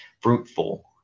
fruitful